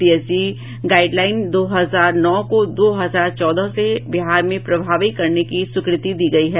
PhD guideline दो हजार नौ को दो हजार चौदह से बिहार में प्रभावी करने की स्वीकृति दी गई है